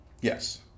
Yes